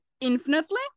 infinitely